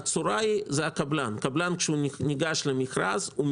כשקבלן ניגש למכרז,